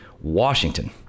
Washington